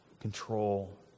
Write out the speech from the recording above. control